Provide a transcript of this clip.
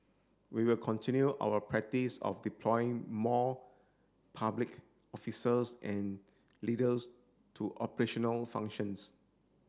we will continue our practice of deploying more public officers and leaders to operational functions